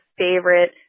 favorite